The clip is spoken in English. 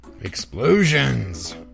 Explosions